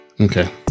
Okay